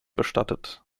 bestattet